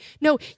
No